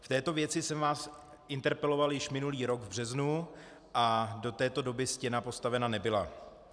V této věci jsem vás interpeloval již minulý rok v březnu a do této doby stěna postavena nebyla.